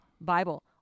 Bible